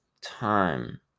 time